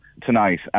tonight